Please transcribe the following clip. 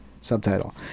subtitle